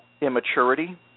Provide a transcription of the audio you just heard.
immaturity